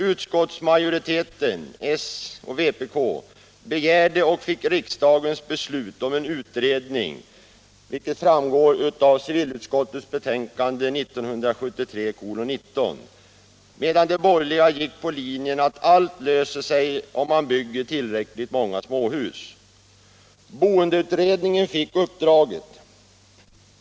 Utskottsmajoriteten begärde enligt civilutskottets betänkande 1973:19 en utredning, och riksdagen fattade beslut i enlighet härmed, medan de borgerliga gick på linjen att alla problem löser sig om man bygger tillräckligt många småhus. Boendeutredningen fick uppdraget.